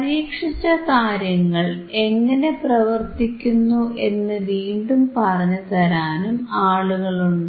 പരീക്ഷിച്ച കാര്യങ്ങൾ എങ്ങനെ പ്രവർത്തിക്കുന്നു എന്നു വീണ്ടും പറഞ്ഞുതരാനും ആളുകളുണ്ട്